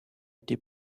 été